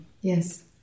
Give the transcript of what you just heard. Yes